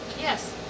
Yes